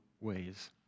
ways